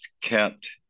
kept